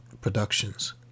productions